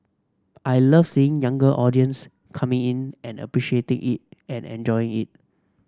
I love seeing younger audience coming in and appreciating it and enjoying it